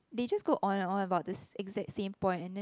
they just go on and on about the exact same point and then